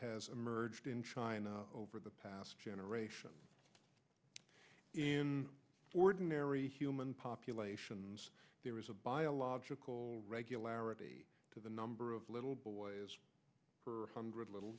has emerged in china over the past generation in ordinary human populations there is a biological regularity to the number of little boys for hundred little